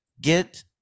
get